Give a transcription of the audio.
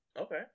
Okay